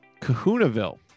Kahunaville